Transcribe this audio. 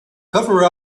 cover